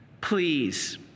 please